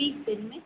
तीस दिन में